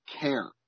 care